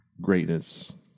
greatness